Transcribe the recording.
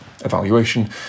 evaluation